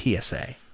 TSA